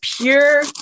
pure